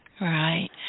Right